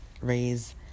raise